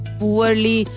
poorly